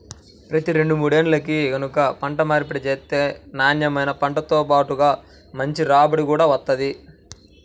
ప్రతి రెండు మూడేల్లకి గనక పంట మార్పిడి చేత్తే నాన్నెమైన పంటతో బాటుగా మంచి రాబడి గూడా వత్తది